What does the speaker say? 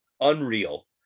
unreal